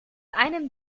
einem